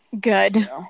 Good